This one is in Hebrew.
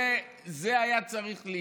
ככה זה היה צריך להיות.